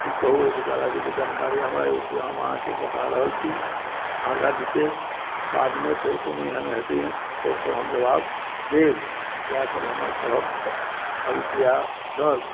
की कहू एहिसँ ज्यादा जतेक जानकारी हमरा अइ ओतेक हम अहाँके बता रहल छी आगाँ विशेष बादमे फेर कोनो एहन हेतै तऽ ओकर हम जवाब देब इएहसब हमर कहब अभिप्राय छल